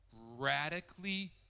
radically